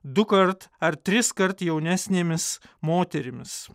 dukart ar triskart jaunesnėmis moterimis